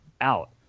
Out